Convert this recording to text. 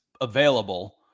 available